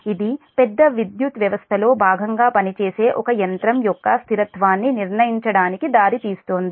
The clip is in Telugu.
ఇది పెద్ద విద్యుత్ వ్యవస్థలో భాగంగా పనిచేసే ఒక యంత్రం యొక్క స్థిరత్వాన్ని నిర్ణయించడానికి దారితీస్తుంది